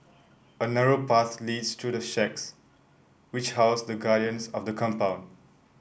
a narrow path leads to the shacks which house the guardians of the compound